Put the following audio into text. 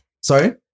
Sorry